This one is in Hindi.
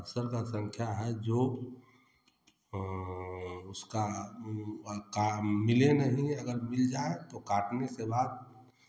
अदसर का संख्या है जो उसका वो का मिले नहीं लेकिन अगर मिल जाए तो काटने के बाद